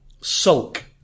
sulk